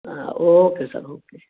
हा okay sir okay